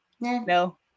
No